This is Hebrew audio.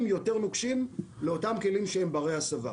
יותר נוקשים לאותם כלים שהם ברי הסבה.